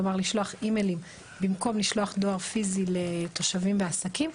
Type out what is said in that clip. כלומר לשלוח אימיילים במקום לשלוח דואר פיזי לתושבים ועסקים,